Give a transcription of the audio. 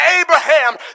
Abraham